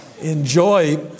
enjoy